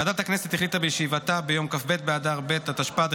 ועדת הכנסת החליטה בישיבתה ביום כ"ב באדר ב' התשפ"ד,